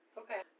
okay